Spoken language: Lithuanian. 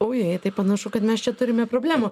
o jei tai panašu kad mes čia turime problemų